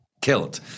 kilt